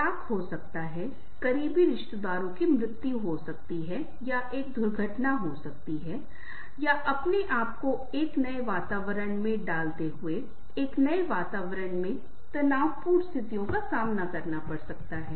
तलाक हो सकता है करीबी रिश्तेदारों की मृत्यु हो सकती है या एक दुर्घटना हो सकती है या अपने आप को एक नए वातावरण में डाल ते हुये एक नए वातावरण में नए तनावपूर्ण परिस्थितियों का सामना करना हो सकता है